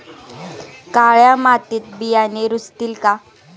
काळ्या मातीत बियाणे रुजतील का?